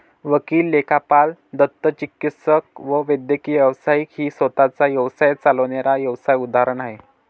वकील, लेखापाल, दंतचिकित्सक व वैद्यकीय व्यावसायिक ही स्वतः चा व्यवसाय चालविणाऱ्या व्यावसाय उदाहरण आहे